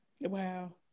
Wow